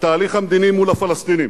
התהליך המדיני מול הפלסטינים.